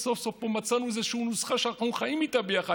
סוף-סוף מצאנו פה נוסחה שאנחנו חיים איתה, יחד.